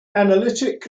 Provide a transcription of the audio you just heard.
analytic